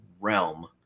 realm